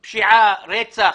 בפשיעה, ברצח.